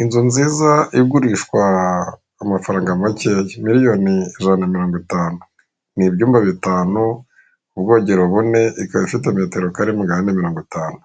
Inzu nziza igurishwa amafaranga makeyamiriyoni ijana na mirongo itanu , nibyumba bitanu ubwogero bune ikaba ifite metero kare magana ane mirongo itanu